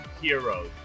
heroes